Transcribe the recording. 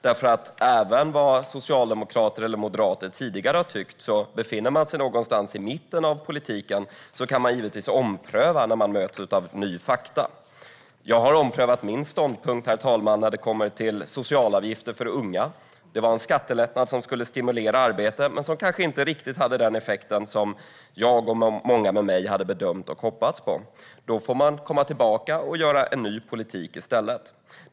Oavsett vad socialdemokrater eller moderater tidigare har tyckt är det ju så att om man befinner sig någonstans i mitten av politiken kan man givetvis ompröva när man möts av nya fakta. Jag har omprövat min ståndpunkt, herr talman, i fråga om socialavgifter för unga. Det var en skattelättnad som skulle stimulera arbete men som kanske inte hade riktigt den effekt som jag och många med mig hade bedömt och hoppats att den skulle ha. Då får man komma tillbaka och göra en ny politik.